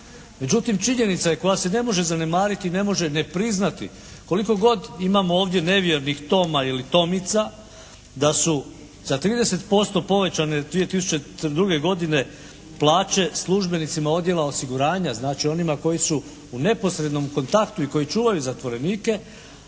Međutim činjenica je koja se ne može zanemariti i ne može priznati koliko god imamo ovdje nevjernih Toma ili Tomica da su sa 30% povećane 2002. godine plaće službenicima Odjela osiguranja znači onima koji su u neposrednom kontaktu i koji čuvaju zatvorenike,